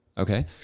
Okay